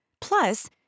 Plus